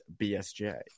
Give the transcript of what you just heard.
BSJ